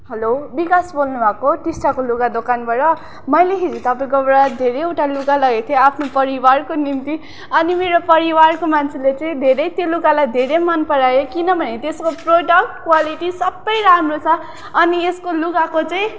hello Bikash बोल्नुभएको हो टिस्टाको लुगा दोकानबाट मैले हिजो तपाईँकोबाट धेरैवटा लुगा लगेको थिएँ आफ्नो परिवारको निम्ति अनि मेरो परिवारको मान्छेले चाहिँ धेरै त्यो लुगालाई धेरै मन परायो किनभने त्यसको प्रोडक्ट क्वालिटी सबै राम्रो छ अनि यसको लुगाको चाहिँ